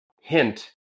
hint